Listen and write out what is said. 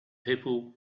people